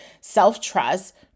self-trust